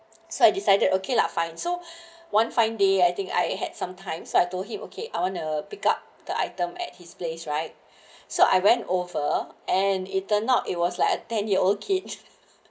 so I decided okay lah fine so one fine day I think I had some time so I told him okay I want to pick up the item at his place right so I went over and he turned out he was like a ten year old kid